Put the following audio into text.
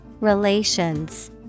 Relations